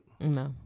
no